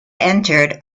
entered